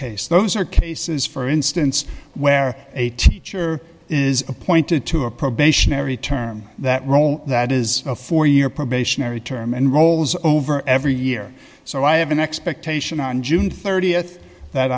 case those are cases for instance where a teacher is appointed to a probationary term that roll that is a four year probationary term and rolls over every year so i have an expectation on june th